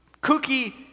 cookie